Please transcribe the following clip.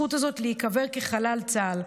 הזכות הזאת להיקבר כחלל צה"ל.